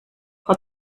frau